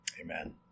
Amen